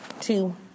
two